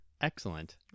Excellent